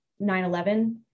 9-11